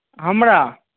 हमरा